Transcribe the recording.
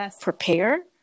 prepare